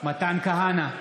מתן כהנא,